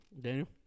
Daniel